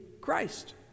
Christ